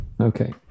Okay